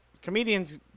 Comedians